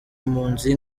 impunzi